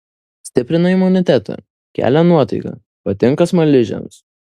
stiprina imunitetą kelia nuotaiką patinka smaližiams